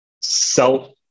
self